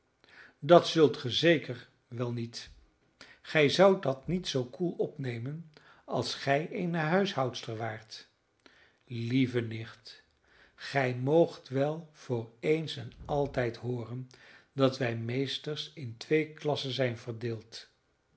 zeker wel niet gij zoudt dat niet zoo koel opnemen als gij eene huishoudster waart lieve nicht gij moogt wel voor eens en altijd hooren dat wij meesters in twee klassen zijn verdeeld